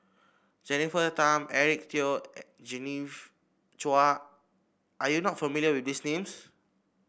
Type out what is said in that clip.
Jennifer Tham Eric Teo and Genevieve Chua are you not familiar with these names